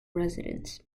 residents